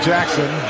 Jackson